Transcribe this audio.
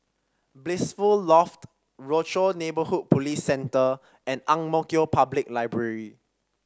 Blissful Loft Rochor Neighborhood Police Centre and Ang Mo Kio Public Library